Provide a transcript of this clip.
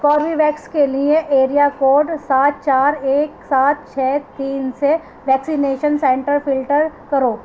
Corbevax کے لیے area code سات چار ایک سات چھ تین سے ویکسینیشن سنٹر فلٹر کرو